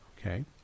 Okay